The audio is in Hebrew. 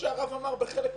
שהרב אמר: בחלק מהמקומות.